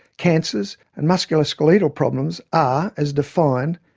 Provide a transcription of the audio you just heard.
cancers, and musculoskeletal problems are as defined,